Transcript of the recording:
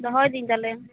ᱫᱚᱦᱚᱭ ᱫᱟᱹᱧ ᱛᱟᱦᱚᱞᱮ